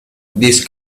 this